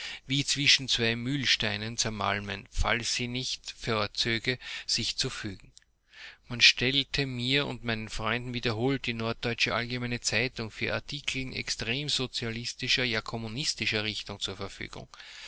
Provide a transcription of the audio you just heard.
wie zwischen zwei mühlsteinen zermalmen falls sie nicht vorzöge sich zu fügen man stellte mir und meinen freunden wiederholt die norddeutsche allgemeine zeitung für artikel extrem sozialistischer ja kommunistischer richtung zur verfügung